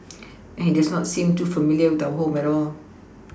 and he does not seem too familiar with our home at all